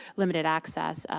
limited access,